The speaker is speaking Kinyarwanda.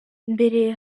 mbere